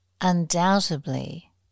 undoubtedly